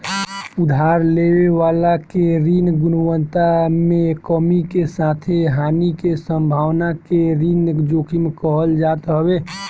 उधार लेवे वाला के ऋण गुणवत्ता में कमी के साथे हानि के संभावना के ऋण जोखिम कहल जात हवे